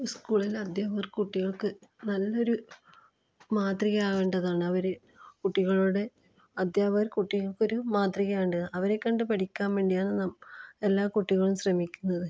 ഉസ്കൂളിൽ അദ്ധ്യാപകർ കുട്ടികൾക്ക് നല്ലൊരു മാതൃകയാവേണ്ടതാണ് അവർ കുട്ടികളോട് അദ്ധ്യാപകർ കുട്ടികൾക്കൊരു മാതൃകയാകേണ്ടതാണ് അവരെ കണ്ട് പഠിക്കാൻ വേണ്ടിയാണ് എല്ലാ കുട്ടികളും ശ്രമിക്കുന്നത്